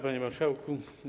Panie Marszałku!